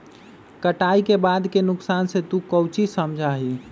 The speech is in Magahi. कटाई के बाद के नुकसान से तू काउची समझा ही?